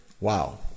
Wow